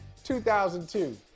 2002